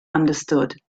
understood